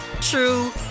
true